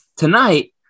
Tonight